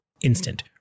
instant